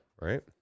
right